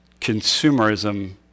consumerism